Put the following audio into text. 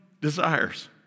desires